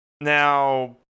Now